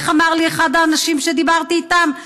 איך אמר לי אחד האנשים שדיברתי איתם?